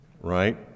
right